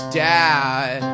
dad